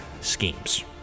schemes